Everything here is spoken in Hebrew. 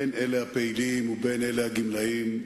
אם אלה הפעילים ואם אלה הגמלאים,